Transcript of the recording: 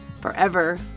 forever